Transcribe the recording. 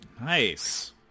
Nice